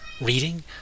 reading